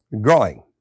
growing